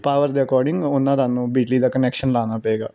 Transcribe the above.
power ਦੇ according ਉਹਨਾਂ ਤੁਹਾਨੂੰ ਬਿਜਲੀ ਦਾ ਕਨੈਕਸ਼ਨ ਲਗਾਉਣਾ ਪਵੇਗਾ